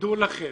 תדעו לכם,